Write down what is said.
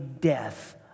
death